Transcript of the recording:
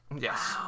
Yes